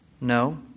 No